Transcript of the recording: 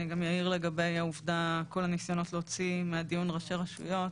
אני אעיר לגבי כל הניסיונות להוציא מהדיון ראשי רשויות.